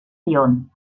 lyon